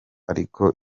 ariko